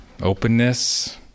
openness